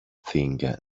thing